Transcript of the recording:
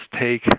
take